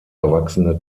erwachsene